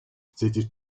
c’était